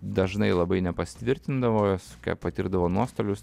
dažnai labai nepasitvirtindavo jos patirdavo nuostolius